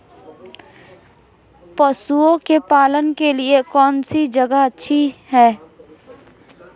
पशुओं के पालन के लिए कौनसी जगह अच्छी है?